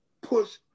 push